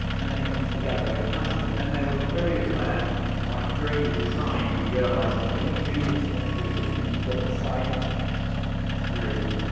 and then it comes together really nicely. and then there was a period like during the design we realized that when you do this, what you do is, if you look sideways through,